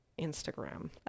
instagram